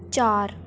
ਚਾਰ